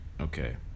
Okay